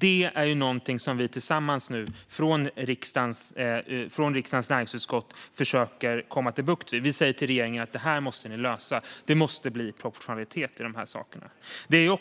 Detta är något som vi nu tillsammans från riksdagens näringsutskott försöker få bukt med. Vi säger till regeringen: Detta måste ni lösa. Det måste bli proportionalitet i de här sakerna. Det